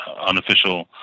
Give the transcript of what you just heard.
unofficial